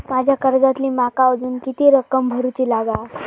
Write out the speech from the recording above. माझ्या कर्जातली माका अजून किती रक्कम भरुची लागात?